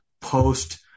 post